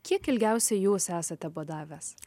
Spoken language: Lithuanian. kiek ilgiausiai jūs esate badavęs